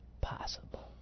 possible